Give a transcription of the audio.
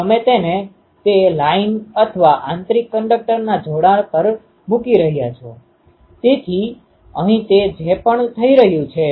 તેથી તમે જોઈ શકો છો કે આ પહેલી એક પેટર્ન છે જેમાં આપણે d૦2 અને α૦ લીધું છે